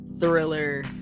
thriller